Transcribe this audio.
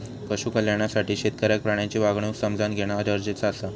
पशु कल्याणासाठी शेतकऱ्याक प्राण्यांची वागणूक समझान घेणा गरजेचा आसा